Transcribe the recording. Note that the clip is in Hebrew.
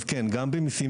אז כן, גם במיסים.